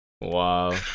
Wow